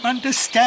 understand